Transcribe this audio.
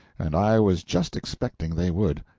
and i was just expecting they would.